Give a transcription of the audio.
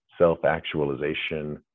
self-actualization